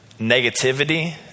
negativity